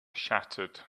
shattered